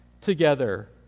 together